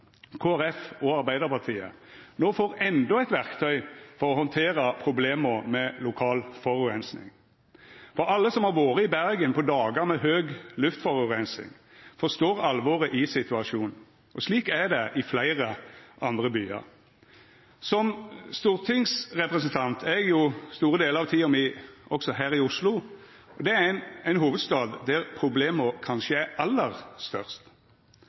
Folkeparti og Arbeidarpartiet, no får endå eit verktøy for å handtera problema med lokal forureining. Alle som har vore i Bergen på dagar med høg luftforureining, forstår alvoret i situasjonen, og slik er det i fleire andre byar. Som stortingsrepresentant er eg jo store delar av tida mi også her i Oslo, og det er ein hovudstad der problema kanskje er aller størst.